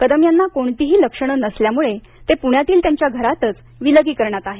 कदम यांना कोणतीही लक्षणं नसल्यामुळे ते प्ण्यातील त्यांच्या घरातच विलगीकरणात आहेत